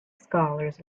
scholars